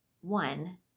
One